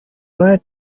right